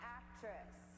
actress